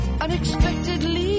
Unexpectedly